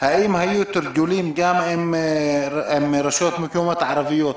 האם היו תרגולים גם עם רשויות מקומיות ערביות?